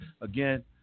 Again